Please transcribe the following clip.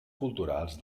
culturals